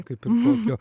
kaip ir kokio